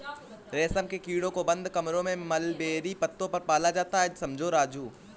रेशम के कीड़ों को बंद कमरों में मलबेरी पत्तों पर पाला जाता है समझे राजू